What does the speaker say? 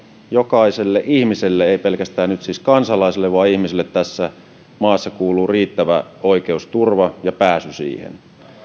jokaiselle ihmiselle ei pelkästään nyt siis kansalaiselle vaan ihmiselle tässä maassa kuuluu riittävä oikeusturva ja pääsy siihen